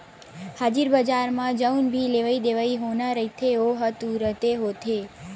हाजिर बजार म जउन भी लेवई देवई होना रहिथे ओहा तुरते होथे